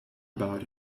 about